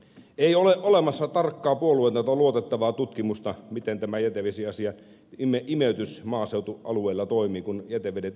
ei ole olemassa tarkkaa puolueetonta luotettavaa tutkimusta miten tämä jätevesiasia imeytys maaseutualueella toimii kun jätevedet imeytetään maahan